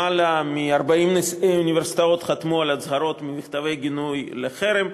למעלה מ-40 אוניברסיטאות חתמו על הצהרות ומכתבי גינוי של החרם,